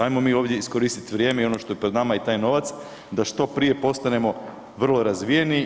Ajmo mi ovdje iskoristiti vrijeme i ono što je pred nama i taj novac da što prije postanemo vrlo razvijeni.